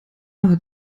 hat